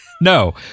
No